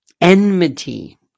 enmity